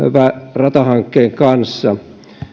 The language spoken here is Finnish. ratahankkeen kanssa